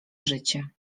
życie